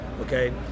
okay